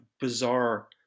bizarre